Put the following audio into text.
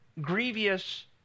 grievous